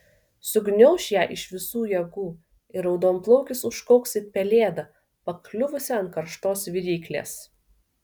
sugniauš ją iš visų jėgų ir raudonplaukis užkauks it pelėda pakliuvusi ant karštos viryklės